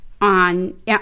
on